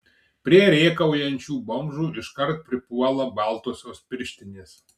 prie rėkaujančių bomžų iškart pripuola baltosios pirštinės